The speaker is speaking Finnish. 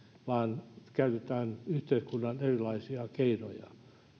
vaan käytetään yhteiskunnan erilaisia keinoja